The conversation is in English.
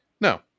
No